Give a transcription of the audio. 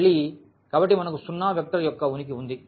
మళ్ళీ కాబట్టి మనకు 0 వెక్టర్ యొక్క ఉనికి ఉంది